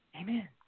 amen